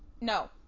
No